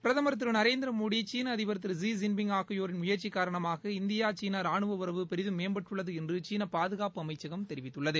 பிரதம் திருநரேந்திரமோடி சீனஅதிபர் Thiru Xi Jinping ஆகியோரின் முயற்சிகாரணமாக இந்தியா சீனாரானுவஉறவு பெரிதும் மேம்பட்டுள்ளதுஎன்றுசீனபாதுகாப்பு அமைச்சகம் தெரிவித்துள்ளது